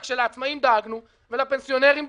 רק שלעצמאים דאגנו ולפנסיונרים דאגנו.